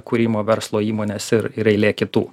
kūrimo verslo įmonės ir ir eilė kitų